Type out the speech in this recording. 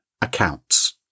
accounts